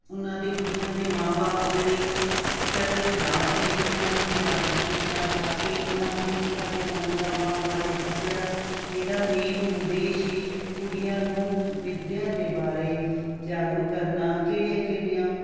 ਉਹਨਾਂ ਦੀ ਕੁੜੀਆਂ ਦੇ ਮਾਂ ਬਾਪ ਜਿਹੜੇ ਸਿੱਖਿਆ ਦੇ ਖਿਲਾਫ ਸੀ ਉਹਨਾਂ ਨੂੰ ਜਾਗਰੂਕ ਕੀਤਾ ਜਾ ਕੇ ਉਹਨਾਂ ਨੂੰ ਸਿੱਖਿਆ ਦੇ ਮੰਤਵਾਂ ਬਾਰੇ ਦੱਸਿਆ ਮੇਰਾ ਮੇਨ ਉਦੇਸ਼ ਹੀ ਕੁੜੀਆਂ ਨੂੰ ਵਿੱਦਿਆ ਦੇ ਬਾਰੇ ਜਾਗਰੂਕ ਕਰਨਾ ਕਿਹੜੀਆਂ ਕਿਹੜੀਆਂ